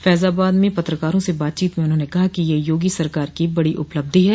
फैजाबाद में पत्रकारों से बातचीत में उन्होंने कहा कि यह योगी सरकार की बड़ी उपलब्धि है